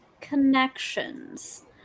connections